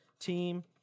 team